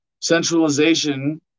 Centralization